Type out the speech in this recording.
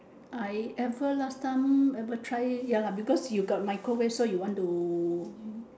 I ever last time ever try ya lah because you got microwave so you want to